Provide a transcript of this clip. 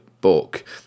book